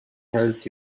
tells